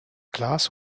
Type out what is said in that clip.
glass